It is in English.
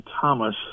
Thomas